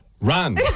run